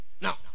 Now